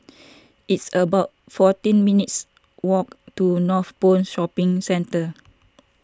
it's about fourteen minutes' walk to Northpoint Shopping Centre